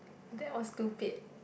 they was stupid